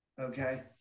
Okay